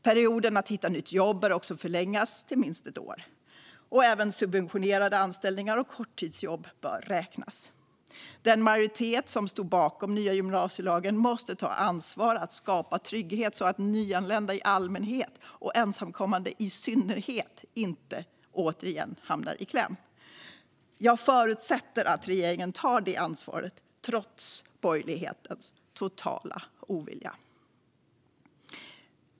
Perioden att hitta nytt jobb bör också förlängas till minst ett år. Även subventionerade anställningar och korttidsjobb bör räknas. Den majoritet som stod bakom nya gymnasielagen måste ta ansvar att skapa trygghet så att nyanlända i allmänhet och ensamkommande i synnerhet inte återigen hamnar i kläm. Jag förutsätter att regeringen tar det ansvaret trots borgerlighetens totala ovilja.